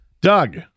Doug